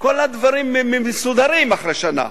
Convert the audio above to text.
כל הדברים מסודרים אחרי שנה,